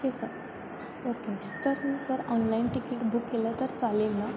okay sir okay तर मी sir online ticket book केलं तर चालेल ना